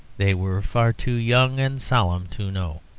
they were far too young and solemn to know.